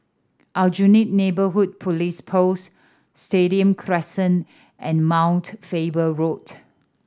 Aljunied Neighbourhood Police Post Stadium Crescent and Mount Faber Road